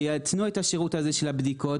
שיתנו את השירות הזה של הבדיקות,